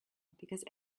because